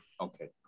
okay